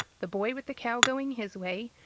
the boy with the cow going his way,